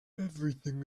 everything